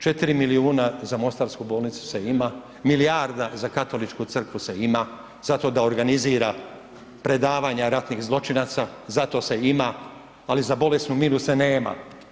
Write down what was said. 4 milijuna za mostarsku bolnicu se ima, milijarda za Katoličku crkvu se ima za to da organizira predavanja ratnih zločinaca, za to se ima, ali za bolesnu Milu se nema.